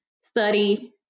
study